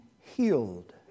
healed